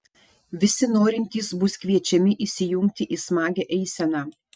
visi norintys bus kviečiami įsijungti į smagią eiseną